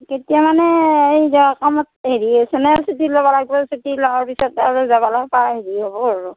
কেতিয়া মানে এই যৱা কামত হেৰি হৈছে নে ছুটি লব লাগব' ছুটি লৱাৰ পাছত আৰু যাবলৈ পাৱা হেৰি হ'ব আৰু